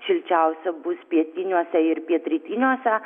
šilčiausia bus pietiniuose ir pietrytiniuose